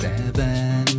Seven